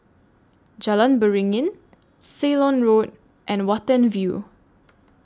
Jalan Beringin Ceylon Road and Watten View